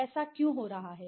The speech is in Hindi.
ऐसा क्यों हो रहा है